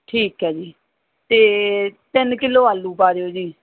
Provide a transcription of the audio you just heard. ਠੀਕ ਹੈ ਜੀ ਅਤੇ ਤਿੰਨ ਕਿਲੋ ਆਲੂ ਪਾ ਦਿਓ ਜੀ